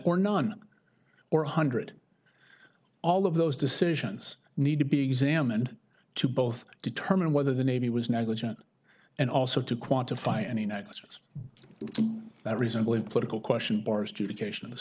or none or one hundred all of those decisions need to be examined to both determine whether the navy was negligent and also to quantify any negligence that reasonable and political question bars to be cation in this